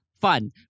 fun